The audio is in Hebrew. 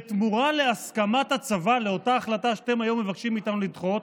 בתמורה להסכמת הצבא לאותה החלטה שאתם היום מבקשים מאיתנו לדחות